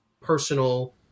personal